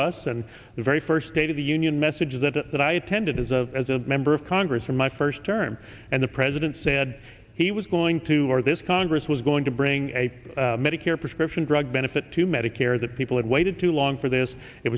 us and the very first state of the union message that that i attended as a as a member of congress in my first term and the president said he was going to or this congress was going to bring a medicare prescription drug benefit to medicare that people had waited too long for this it